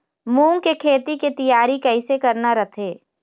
मूंग के खेती के तियारी कइसे करना रथे?